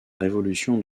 révolution